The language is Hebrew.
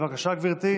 בבקשה, גברתי.